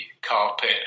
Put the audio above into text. carpet